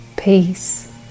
peace